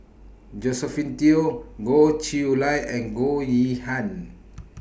Josephine Teo Goh Chiew Lye and Goh Yihan